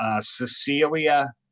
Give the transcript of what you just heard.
Cecilia